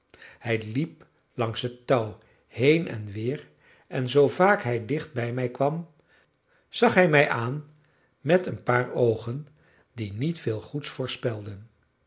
hij liep langs het touw heen en weer en zoo vaak hij dicht bij mij kwam zag hij mij aan met een paar oogen die niet veel goeds voorspelden